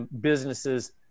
businesses